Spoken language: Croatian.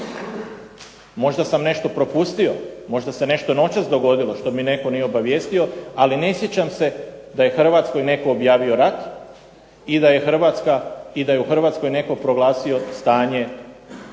Možda sam nešto propustio? Možda se nešto noćas dogodilo što me netko nije obavijestio, ali ne sjećam se da je Hrvatskoj netko objavio rat i da je u Hrvatskoj netko proglasio stanje ratne